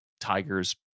Tiger's